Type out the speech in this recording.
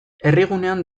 herrigunean